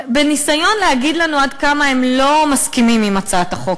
בניסיון להגיד לנו עד כמה הם לא מסכימים עם הצעת החוק,